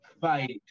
fight